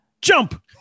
jump